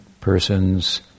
persons